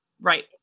Right